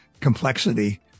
complexity